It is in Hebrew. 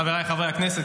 חבריי חברי הכנסת,